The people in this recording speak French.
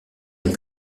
ont